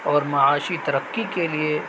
اور معاشی ترقی کے لیے